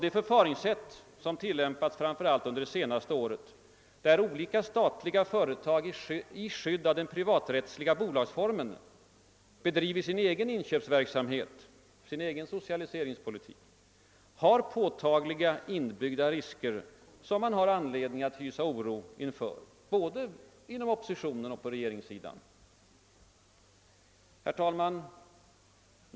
Det förfaringssätt som tillämpats framför allt under det senaste året — olika statliga företag har i skydd av den privaträttsliga bolagsformen bedrivit sin egen inköpsverksamhet och sin egen socialiseringspolitik — har påtagliga inbyggda risker som ger anledning till oro både inom oppositionen och på regeringssidan. Herr talman!